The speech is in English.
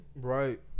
right